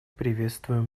приветствуем